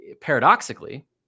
paradoxically